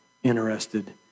interested